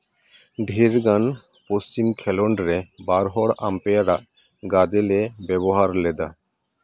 ᱰᱷᱮᱨᱜᱟᱱ ᱯᱚᱥᱪᱤᱢ ᱠᱷᱮᱞᱳᱰ ᱨᱮ ᱵᱟᱨ ᱦᱚᱲ ᱟᱢᱯᱮᱭᱟᱨᱟᱜ ᱜᱟᱫᱮᱞᱮ ᱵᱮᱵᱚᱦᱟᱨ ᱞᱮᱫᱟ